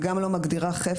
היא גם לא מגדירה חפץ.